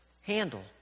handle